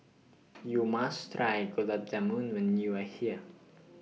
YOU must Try Gulab Jamun when YOU Are here